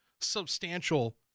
substantial